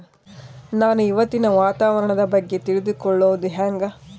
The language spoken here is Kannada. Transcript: ನಾನು ಇವತ್ತಿನ ವಾತಾವರಣದ ಬಗ್ಗೆ ತಿಳಿದುಕೊಳ್ಳೋದು ಹೆಂಗೆ?